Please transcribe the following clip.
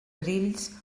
grills